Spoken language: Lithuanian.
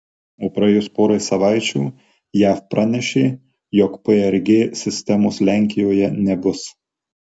o praėjus porai savaičių jav pranešė jog prg sistemos lenkijoje nebus